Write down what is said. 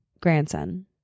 grandson